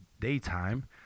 daytime